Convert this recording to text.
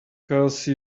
cause